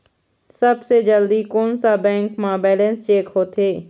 सबसे जल्दी कोन सा बैंक म बैलेंस चेक होथे?